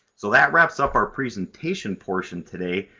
so that wraps up our presentation portion today.